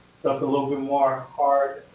something a little more hard.